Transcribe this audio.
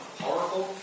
powerful